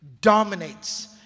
dominates